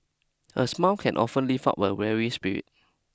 a smile can often lift up a weary spirit